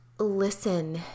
listen